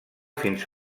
fins